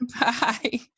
Bye